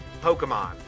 Pokemon